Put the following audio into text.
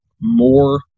more